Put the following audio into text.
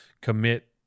commit